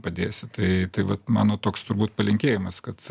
padėsi tai tai vat mano toks turbūt palinkėjimas kad